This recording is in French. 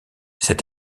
cette